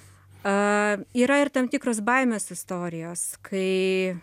a yra ir tam tikros baimės istorijos kai